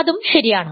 അതും ശരിയാണ്